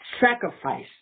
Sacrifice